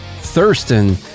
Thurston